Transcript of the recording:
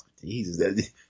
Jesus